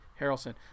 harrelson